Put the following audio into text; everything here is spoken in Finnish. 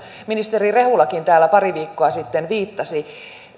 ministeri rehulakin täällä pari viikkoa sitten viittasi